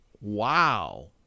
Wow